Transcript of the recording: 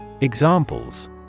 Examples